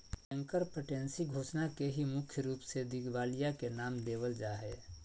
bankruptcy घोषणा के ही मुख्य रूप से दिवालिया के नाम देवल जा हय